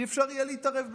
לא יהיה אפשר להתערב בזה.